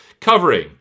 covering